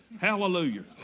Hallelujah